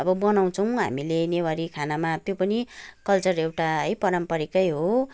अब बनाउँछौँ हामीले नेवारी खानामा त्यो पनि कलचर एउटा है पारम्परिकै हो